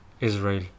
Israel